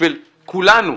בשביל כולנו,